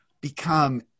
become